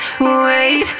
wait